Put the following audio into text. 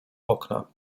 okna